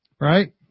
Right